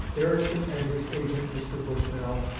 ericsson and his agent, mr. bushnell,